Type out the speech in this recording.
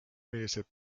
milliseid